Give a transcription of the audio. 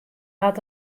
hat